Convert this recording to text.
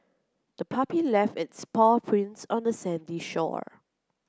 the puppy left its paw prints on the sandy shore